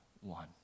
one